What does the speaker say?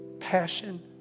Passion